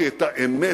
כי את האמת,